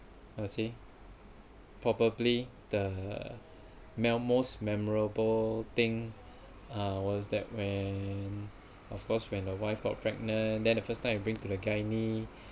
I would say probably the mel~ most memorable thing uh was that when of course when the wife got pregnant then the first time I bring to the gy~